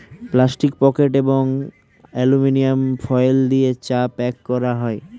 plastic packet এবং aluminium foil দিয়ে চা প্যাক করা হয়